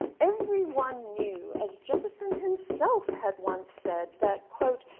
everyone knew, as jefferson himself had once said, that, quote,